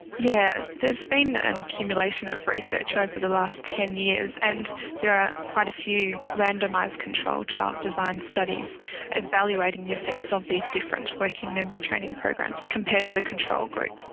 yeah there has been an accumulation of research over the last ten years, and there are quite a few randomised controlled trial designed studies evaluating the effects of these different working memory training programs, compared with a control group.